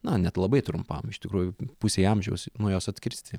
na net labai trumpam iš tikrųjų pusei amžiaus nuo jos atkirsti